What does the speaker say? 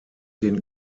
den